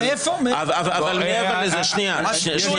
שמענו